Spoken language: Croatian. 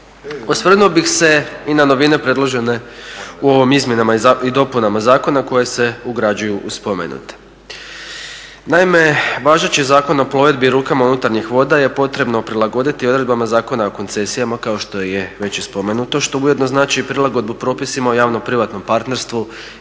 Osvrnuo bih se i na novine predložene u ovom izmjenama i dopunama zakona koje se ugrađuju u spomenute. Naime, važeći Zakon o plovidbi lukama unutarnjih voda je potrebno prilagoditi odredbama Zakona o koncesijama kao što je već i spomenuto što ujedno znači i prilagodbu propisima o javno-privatnom partnerstvu